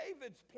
David's